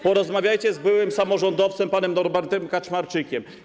Porozmawiajcie z byłym samorządowcem panem Norbertem Karczmarczykiem.